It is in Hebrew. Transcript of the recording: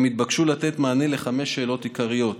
הם התבקשו לתת מענה לחמש שאלות עיקריות: